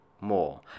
more